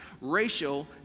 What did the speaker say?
racial